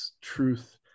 truth